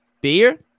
Beer